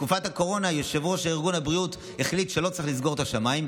בתקופת הקורונה יו"ר ארגון הבריאות החליט שלא צריך לסגור את השמיים,